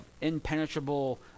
impenetrable